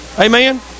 Amen